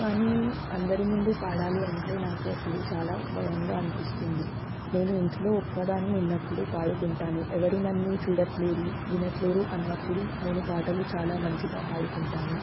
కానీ అందరి ముందు పాడాలి అంటే నాకు అప్పుడు చాలా భయంగా అనిపిస్తుంది నేను ఇంట్లో ఒక్కదాని ఉన్నప్పుడు పాడుకుంటాను ఎవరు నన్ను చూడట్లేదు వినట్లేదు అన్నప్పుడు నేను పాటలు చాలా మంచిగా పాడుకుంటాను